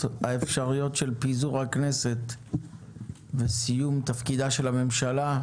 האפשריות של פיזור הכנסת וסיום תפקידה של הממשלה.